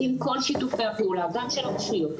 עם כל שיתופי הפעולה גם של הרשויות,